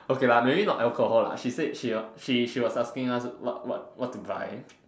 okay lah maybe not alcohol lah she said she she she will asking us what what what to buy